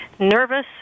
nervous